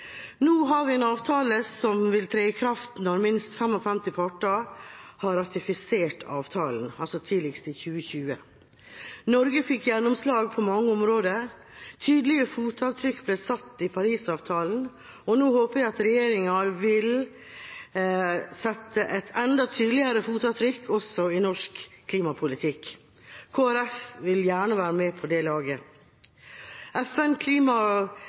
Nå har vi en avtale som vil tre i kraft når minst 55 parter har ratifisert avtalen, altså tidligst i 2020. Norge fikk gjennomslag på mange områder. Tydelige fotavtrykk ble satt i Paris-avtalen, og nå håper jeg at regjeringa vil sette et enda tydeligere fotavtrykk også i norsk klimapolitikk. Kristelig Folkeparti vil gjerne være med på det laget.